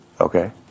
Okay